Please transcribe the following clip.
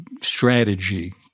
strategy